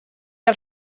els